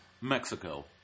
Mexico